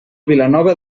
vilanova